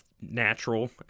natural